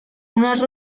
unas